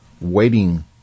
waiting